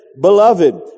Beloved